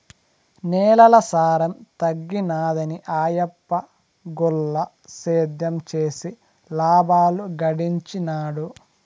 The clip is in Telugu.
నేలల సారం తగ్గినాదని ఆయప్ప గుల్ల సేద్యం చేసి లాబాలు గడించినాడు